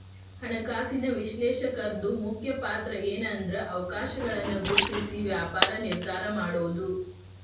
ಹಣಕಾಸಿನ ವಿಶ್ಲೇಷಕರ್ದು ಮುಖ್ಯ ಪಾತ್ರಏನ್ಂದ್ರ ಅವಕಾಶಗಳನ್ನ ಗುರ್ತ್ಸಿ ವ್ಯಾಪಾರ ನಿರ್ಧಾರಾ ಮಾಡೊದು